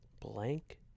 blank